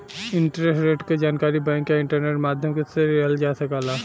interest rate क जानकारी bank या इंटरनेट माध्यम से लिहल जा सकला